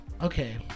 Okay